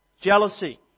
Jealousy